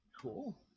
Cool